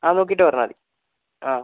ആ നോക്കീട്ട് പറഞ്ഞാൽ മതി ആ